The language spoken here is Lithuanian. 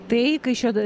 tai kaišiado